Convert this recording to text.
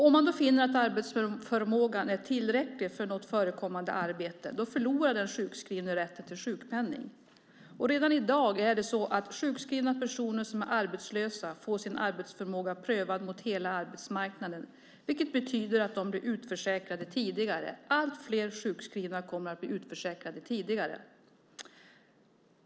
Om man då finner att arbetsförmågan är tillräcklig för ett förekommande arbete förlorar den sjukskrivne rätten till sjukpenning. Redan i dag är det så att sjukskrivna personer som är arbetslösa får sin arbetsförmåga prövad mot hela arbetsmarknaden, vilket betyder att de blir utförsäkrade tidigare. Allt fler sjukskrivna kommer att bli utförsäkrade tidigare.